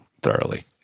thoroughly